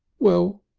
well,